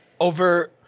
over